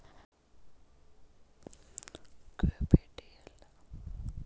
capital ಮಾರ್ಕೆಟ್ದಾಗ್ ತಗೋಳವ್ ಸಾಲದ್ ಪತ್ರಗೊಳ್ ಸರಕಾರದ ಆಗಿರ್ಬಹುದ್ ಇಲ್ಲಂದ್ರ ಯಾವದೇ ಸಂಸ್ಥಾದ್ನು ಆಗಿರ್ಬಹುದ್